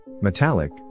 Metallic